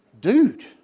Dude